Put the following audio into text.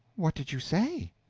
what did you say?